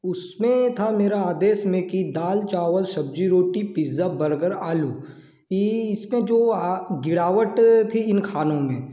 उसमें था मेरा आदेश में कि दाल चावल सब्जी रोटी पिज़्ज़ा बर्गर आलू ये इसमें जो गिरावट थी इन खानों में